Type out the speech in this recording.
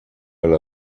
alla